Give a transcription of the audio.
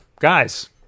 Guys